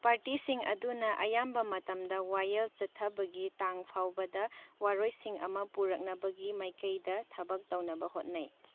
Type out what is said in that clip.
ꯄꯥꯔꯇꯤꯁꯤꯡ ꯑꯗꯨꯅ ꯑꯌꯥꯝꯕ ꯃꯇꯝꯗ ꯋꯥꯌꯦꯜ ꯆꯠꯊꯕꯒꯤ ꯇꯥꯡ ꯐꯥꯎꯕꯗ ꯋꯥꯔꯣꯏꯁꯤꯟ ꯑꯃ ꯄꯨꯔꯛꯅꯕꯒꯤ ꯃꯥꯏꯀꯩꯗ ꯊꯕꯛ ꯇꯧꯅꯕ ꯍꯣꯠꯅꯩ